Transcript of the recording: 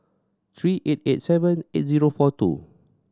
three eight eight seven eight zero four two